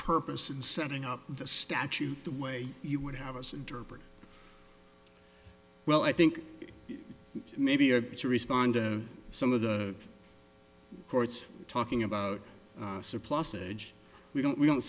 purpose in setting up the statute the way you would have us well i think maybe you're to respond to some of the courts talking about supply age we don't we don't